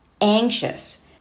anxious